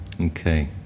Okay